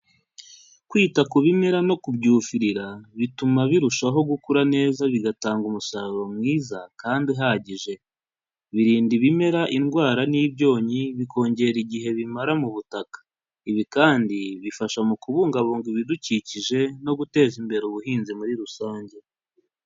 Kwita ku bimera no kubyuhirira, bituma birushaho gukura neza bigatanga umusaruro mwiza, kandi uhagije. Birinda ibimera indwara n'ibyonnyi, bikongera igihe bimara mu butaka. Ibi kandi bifasha mu kubungabunga ibidukikije, no guteza imbere ubuhinzi muri rusange.